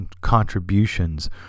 contributions